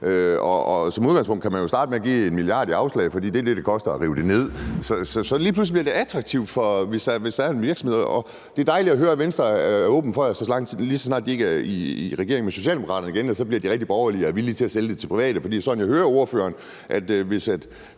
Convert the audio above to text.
som udgangspunkt kan man jo starte med at give 1 mia. kr. i afslag, for det er det, det koster at rive det ned. Så lige pludselig kan det blive attraktivt for nogle virksomheder. Det er dejligt at høre, at Venstre er åben over for det. Lige så snart de ikke er i regering med Socialdemokratiet længere, bliver de rigtig borgerlige og villige til at sælge det til private. For det er sådan, jeg hører ordføreren. Nu blev